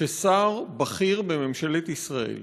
ששר בכיר בממשלת ישראל